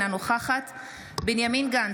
אינה נוכחת בנימין גנץ,